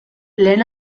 lehen